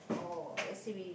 or lets say we